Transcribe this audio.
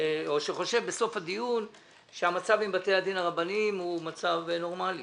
או שחושב בסוף הדיון שהמצב עם בתי הדין הרבניים הוא מצב נורמלי.